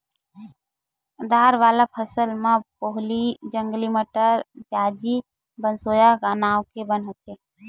दार वाला फसल म पोहली, जंगली मटर, प्याजी, बनसोया नांव के बन होथे